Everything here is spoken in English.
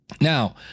Now